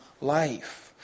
life